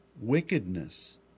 wickedness